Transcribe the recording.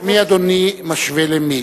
את מי אדוני משווה למי,